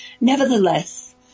Nevertheless